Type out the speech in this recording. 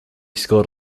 scored